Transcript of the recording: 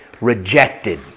rejected